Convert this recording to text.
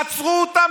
עצרו אותן,